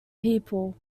people